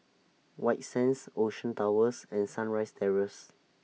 White Sands Ocean Towers and Sunrise Terrace